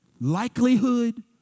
likelihood